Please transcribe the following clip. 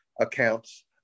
accounts